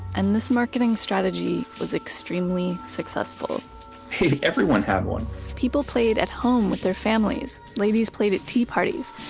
and this marketing strategy was extremely successful everyone had one people played at home with their families. ladies played at tea parties.